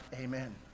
amen